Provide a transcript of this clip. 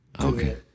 Okay